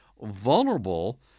vulnerable